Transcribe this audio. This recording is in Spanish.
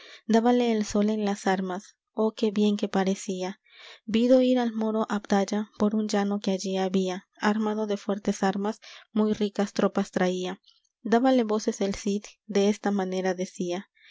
dábale el sol en las armas oh qué bien que parecía vido ir al moro abdalla por un llano que allí había armado de fuertes armas muy ricas tropas traía dábale voces el cid desta manera decía